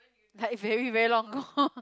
like very very long ago